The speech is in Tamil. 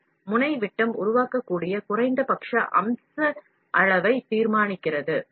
குறைந்தபட்ச அம்ச அளவும் உருவாக்குவதற்கும் முனை விட்டதின் அளவு மூலமாகத் தான் தீர்மானிக்கப்படுகிறது